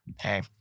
hey